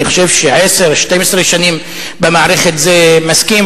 אני חושב ש-10 12 שנים במערכת זה מספיק.